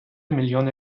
мільйони